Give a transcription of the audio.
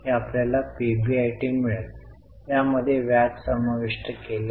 हे कंपनी साठी चांगले कॅश फ्लो स्टेटमेंट आहे काय